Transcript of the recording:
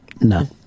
No